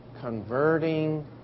converting